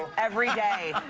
every day.